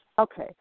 Okay